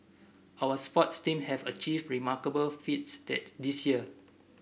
our sports team have achieved remarkable feats that this year